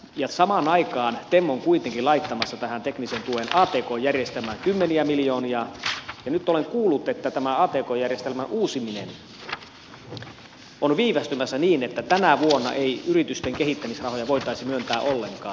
ja samaan aikaan tem on kuitenkin laittamassa teknisen tuen atk järjestelmään kymmeniä miljoonia ja nyt olen kuullut että tämä atk järjestelmän uusiminen on viivästymässä niin että tänä vuonna ei yritysten kehittämisrahoja voitaisi myöntää ollenkaan